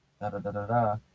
da-da-da-da-da